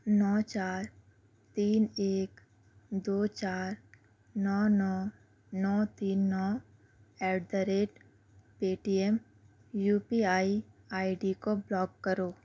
نو چار تین ایک دو چار نو نو نو تین نو at the rate Paytm U P I I D کو بلاک کرو